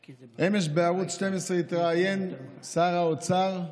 אמש, בערוץ 12, התראיין שר האוצר ואמר,